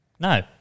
No